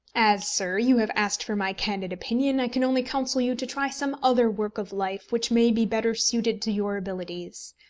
as, sir, you have asked for my candid opinion, i can only counsel you to try some other work of life which may be better suited to your abilities.